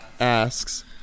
asks